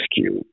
Cube